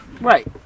Right